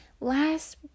last